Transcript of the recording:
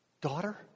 Daughter